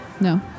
No